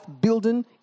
building